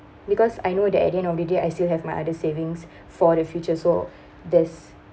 because I know that at the end of the day I still have my other savings for the future so there's